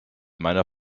meiner